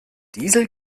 diesel